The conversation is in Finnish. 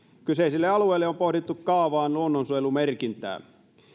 kyseisille alueille on pohdittu kaavaan luonnonsuojelumerkintää